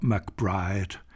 McBride